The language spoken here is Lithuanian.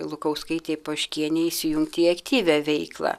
lukauskaitei poškienei įsijungti į aktyvią veiklą